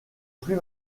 plus